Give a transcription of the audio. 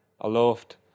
aloft